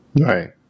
right